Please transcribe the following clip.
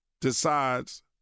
decides